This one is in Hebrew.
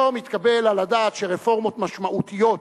לא מתקבל על הדעת שרפורמות משמעותיות,